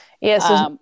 Yes